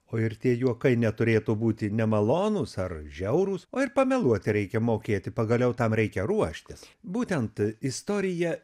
o ir tie juokai neturėtų būti nemalonūs ar žiaurūs o ir pameluoti reikia mokėti pagaliau tam reikia ruoštis būtent istorija